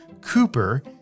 Cooper